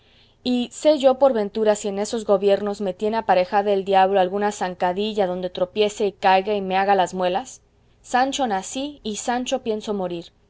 y sé yo por ventura si en esos gobiernos me tiene aparejada el diablo alguna zancadilla donde tropiece y caiga y me haga las muelas sancho nací y sancho pienso morir